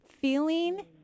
feeling